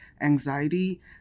anxiety